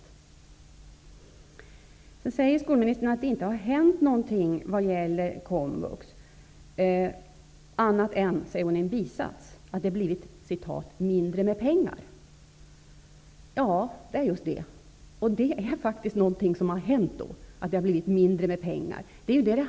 Vidare säger skolministern att det inte hänt någonting vad gäller komvux annat än -- det säger hon i en bisats -- att det har blivit ''mindre med pengar''. Ja, det är just det som faktiskt har hänt. Det handlar om att det har blivit mindre med pengar.